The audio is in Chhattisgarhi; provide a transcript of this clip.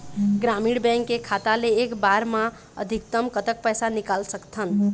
ग्रामीण बैंक के खाता ले एक बार मा अधिकतम कतक पैसा निकाल सकथन?